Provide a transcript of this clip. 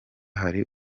hari